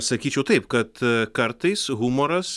sakyčiau taip kad kartais humoras